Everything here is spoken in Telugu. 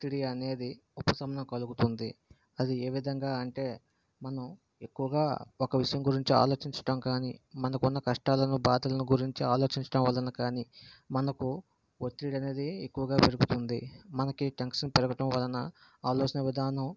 ఒత్తిడి అనేది ఉపశమనం కలుగుతుంది అది ఏ విధంగా అంటే మనం ఎక్కువుగా ఒక విషయం గురించి ఆలోచించడం కానీ మనకు ఉన్న కష్టాలను బాధలను గురించి ఆలోచించడం వలన కానీ మనకు ఒత్తిడి అనేది ఎక్కువుగా పెరుగుతుంది మనకి టెన్షన్ పెరగటం వలన ఆలోచనా విదానం